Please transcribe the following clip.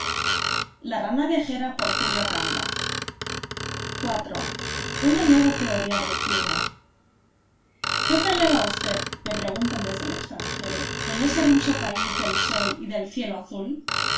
iv una nueva teoría del clima qué tal le va a usted me preguntan desde el extranjero en ese hermoso país del sol y del cielo azul